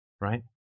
Right